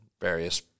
various